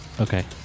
Okay